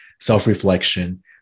self-reflection